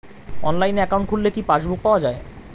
অনলাইনে একাউন্ট খুললে কি পাসবুক পাওয়া যায়?